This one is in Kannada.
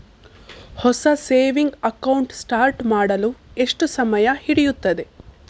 ಹೊಸ ಸೇವಿಂಗ್ ಅಕೌಂಟ್ ಸ್ಟಾರ್ಟ್ ಮಾಡಲು ಎಷ್ಟು ಸಮಯ ಹಿಡಿಯುತ್ತದೆ?